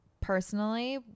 personally